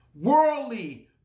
worldly